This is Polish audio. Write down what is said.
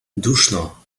duszno